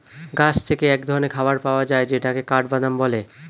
গাছ থেকে এক ধরনের খাবার পাওয়া যায় যেটাকে কাঠবাদাম বলে